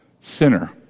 sinner